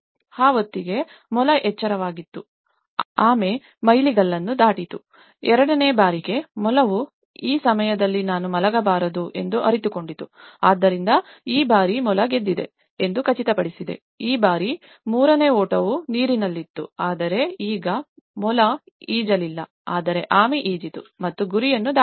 ಆ ಹೊತ್ತಿಗೆ ಮೊಲ ಎಚ್ಚರವಾಗಿತ್ತು ಆಮೆ ಮೈಲಿಗಲ್ಲನ್ನು ದಾಟಿತು ಎರಡನೇ ಬಾರಿಗೆ ಮೊಲವು ಈ ಸಮಯದಲ್ಲಿ ನಾನು ಮಲಗಬಾರದು ಎಂದು ಅರಿತುಕೊಂಡಿತು ಆದ್ದರಿಂದ ಈ ಬಾರಿ ಮೊಲ ಗೆದ್ದಿದೆ ಎಂದು ಖಚಿತಪಡಿಸಿದೆ ಈ ಬಾರಿ ಮೂರನೇ ಓಟವು ನೀರಿನಲ್ಲಿತ್ತು ಆದರೆ ಈಗ ಮೊಲ ಈಜಲಿಲ್ಲ ಆದರೆ ಆಮೆ ಈಜಿತು ಮತ್ತು ಗುರಿಯನ್ನು ದಾಟಿತು